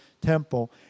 temple